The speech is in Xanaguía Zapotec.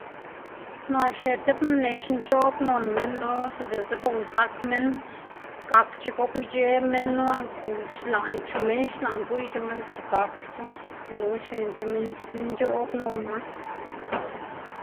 naꞌ xne tib mnec̲h̲ nc̲h̲oꞌb non minn lo si diꞌltse be uzak minn gakdc̲h̲e gobic̲h̲e minnu aunque xlaꞌn chu minn xlaꞌn gwiyc̲h̲e minn per gakdchu gununa xnená ti minn xki nc̲h̲oꞌb nonma.